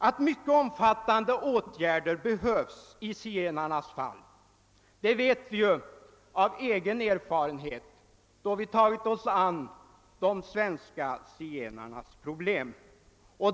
Att mycket omfattande åtgärder behövs i zigenarnas fall vet vi av egen erfarenhet, då vi tagit oss an de svenska zigenarnas problem.